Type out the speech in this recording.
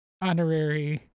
honorary